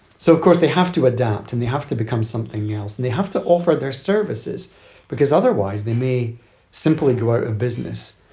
so of course, they have to adapt and they have to become something else and they have to offer their services because otherwise, they may simply go out of business.